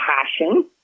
passion